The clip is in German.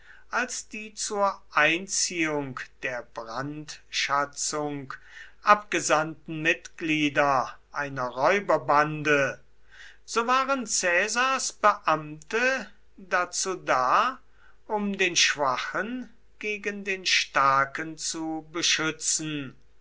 als die zur einziehung der brandschatzung abgesandten mitglieder einer räuberbande so waren caesars beamte dazu da um den schwachen gegen den starken zu beschützen